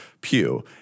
pew